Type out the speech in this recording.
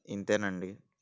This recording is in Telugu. ఇంతే అండి